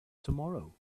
tomorrow